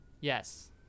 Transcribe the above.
Yes